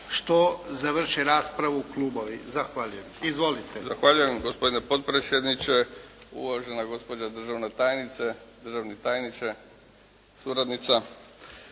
što završe raspravu klubovi. Zahvaljujem. Izvolite. **Šetić, Nevio (HDZ)** Zahvaljujem gospodine potpredsjedniče. Uvažena gospođo državna tajnice, državni tajniče, suradnica,